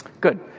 good